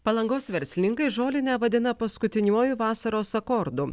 palangos verslininkai žolinę vadina paskutiniuoju vasaros akordu